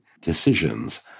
decisions